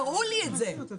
תראו לי את זה.